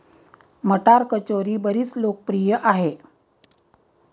मटार कचोरी बरीच लोकप्रिय आहे